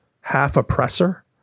half-oppressor